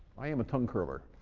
i am a tongue curler.